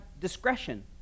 discretion